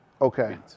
Okay